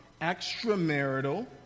extramarital